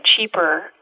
cheaper